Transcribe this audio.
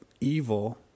evil